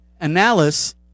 analysis